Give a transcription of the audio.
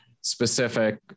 specific